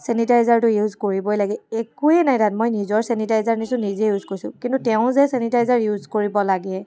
ছেনিটাইজাৰটো use কৰিবই লাগে একোৱেই নাই তাত মই নিজৰ ছেনিটাইজাৰ নিছোঁ নিজে ইউজ কৰিছোঁ কিন্তু তেওঁ যে ছেনিটাইজাৰ ইউজ কৰিব লাগে